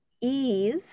ease